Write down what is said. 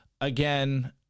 again